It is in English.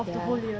ya